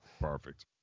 Perfect